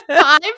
five